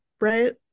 right